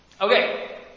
Okay